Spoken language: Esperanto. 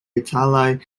italaj